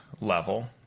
level